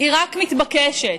רק מתבקשת.